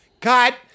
Cut